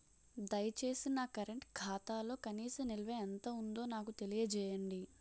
దయచేసి నా కరెంట్ ఖాతాలో కనీస నిల్వ ఎంత ఉందో నాకు తెలియజేయండి